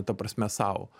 ta prasme sau